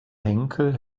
henkel